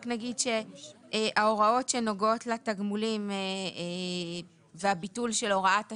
רק נגיד שההוראות שנוגעות לתגמולים והביטול של הוראת השעה,